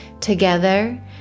Together